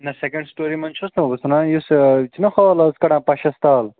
نہ second story منٛز چھُس نہٕ بہٕ چھُس ونان یُس یہِ چھُنا ہال آز کَڑان پَشس تَل